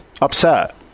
upset